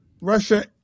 Russia